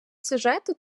сюжету